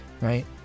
right